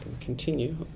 continue